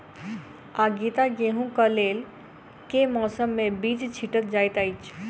आगिता गेंहूँ कऽ लेल केँ मौसम मे बीज छिटल जाइत अछि?